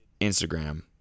Instagram